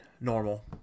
normal